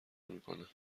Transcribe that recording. میکند